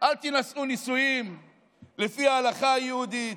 אל תינשאו נישואים לפי ההלכה היהודית,